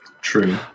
True